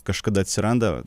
kažkada atsiranda